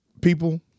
People